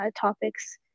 topics